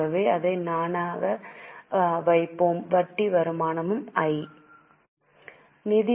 ஆகவே அதை நானாக வைப்போம் வட்டி வருமானமும் I